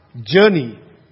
journey